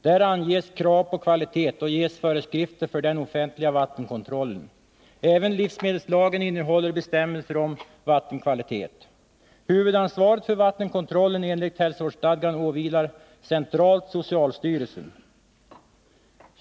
Där anges krav på kvalitet och ges föreskrifter för den offentliga vattenkontrollen. Även livsmedelslagen innehåller bestämmelser om vattenkvalitet. Huvudansvaret för vattenkontrollen enligt hälsovårdsstadgan åvilar centralt socialstyrelsen.